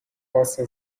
possa